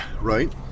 right